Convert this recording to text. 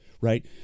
right